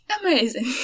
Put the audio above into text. amazing